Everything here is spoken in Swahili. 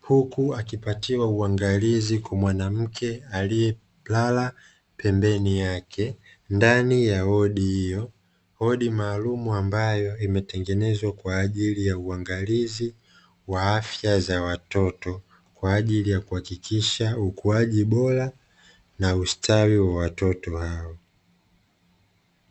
huku akiwekewa uangallizi kwa mwanamke alielala pembeni yake ndani ya wodi hiyo, wodi maalimu ambayo imetengenezwa kwa ajili ya uangalizi wa afya za watoto, kwa ajili ya kuhakikisha uangalizi wa watoto na ustawi wa watoto hao.